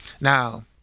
Now